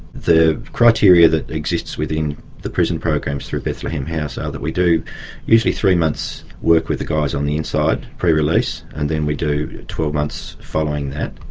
the criteria that exists within the prison programs through bethlehem house are that we do usually three months work with the guys on the inside, pre-release, and then we do twelve months following that,